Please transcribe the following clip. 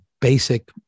basic